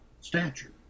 stature